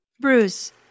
Bruce